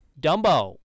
Dumbo